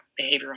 behavioral